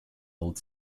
old